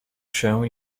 się